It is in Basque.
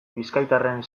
bizkaitarren